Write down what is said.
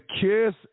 kiss